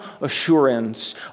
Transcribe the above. assurance